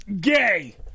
gay